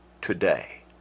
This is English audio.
today